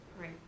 Right